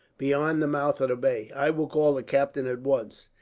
beyond the mouth of the bay. i will call the captain, at once.